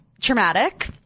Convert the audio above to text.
traumatic